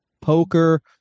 poker